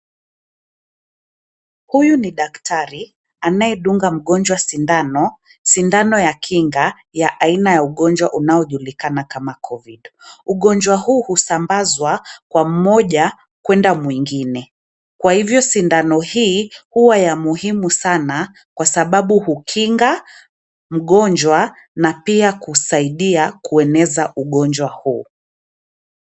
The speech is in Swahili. Huyu ni daktari anayedunga mgonjwa sindano; sindano ya kinga ya aina ya ugonjwa unaojulikana kama Covid . Ugonjwa huu husambazwa kwa mmoja kwenda mwingine. Kwa hivyo sindano hii hua ya muhimu sana kwa sababu hukinga mgonjwa na pia kusaidia kueneza ugonjwa huu.